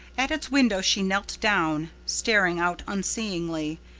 at its window she knelt down, staring out unseeingly.